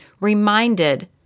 reminded